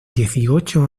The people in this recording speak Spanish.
dieciocho